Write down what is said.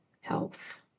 health